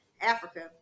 Africa